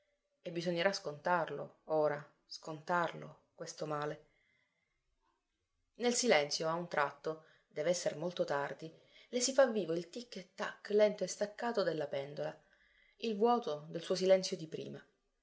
e bisognerà scontarlo ora scontarlo questo male nel silenzio a un tratto dev'esser molto tardi le si fa vivo il tic e tac lento e staccato della pendola il vuoto del suo silenzio di prima